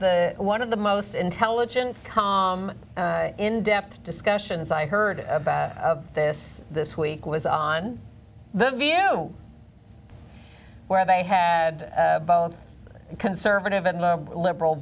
one of the most intelligent calm in depth discussions i heard about this this week was on the view where they had both conservative and liberal